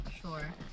Sure